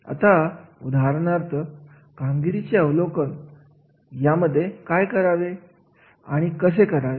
मग असा व्यक्ती ज्याला असे ज्ञान आहे विशिष्ट कौशल्य आहेत असा व्यक्ती जो हे कार्य करू शकेल इतर कर्मचारी पेक्षा त्यांच्यामध्ये नेतृत्व गुण आहेत अशी व्यक्ती हे कार्य करीत असतात